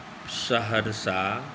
Saharsa